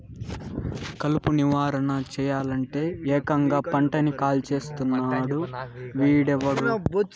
కలుపు నివారణ సెయ్యలంటే, ఏకంగా పంటని కాల్చేస్తున్నాడు వీడెవ్వడు